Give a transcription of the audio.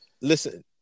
listen